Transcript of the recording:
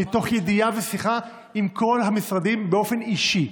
מתוך ידיעה ושיחה עם כל המשרדים באופן אישי,